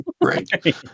Right